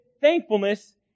thankfulness